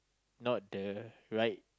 not the right